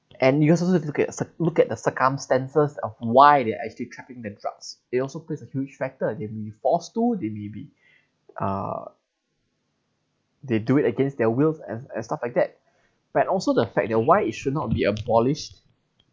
and you are supposed to look at look at the circumstances of why they actually trafficking the drugs they also plays a huge factor they may be forced to they may be uh they do it against their wills as as stuff like that but also the fact that why it should not be abolished